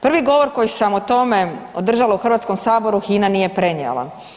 Prvi govor koji sam o tome održala u Hrvatskom saboru HINA nije prenijela.